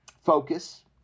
focus